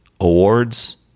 awards